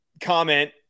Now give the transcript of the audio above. comment